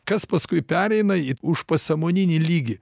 kas paskui pereina į už pasąmoninį lygį